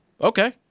okay